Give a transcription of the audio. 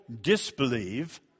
disbelieve